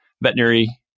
veterinary